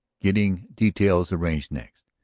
getting details arranged next.